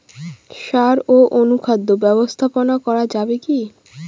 সাড় ও অনুখাদ্য ব্যবস্থাপনা করা যাবে কি?